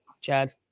Chad